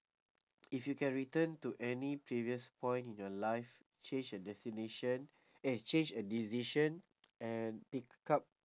if you can return to any previous point in your life change a destination eh change a decision and pick up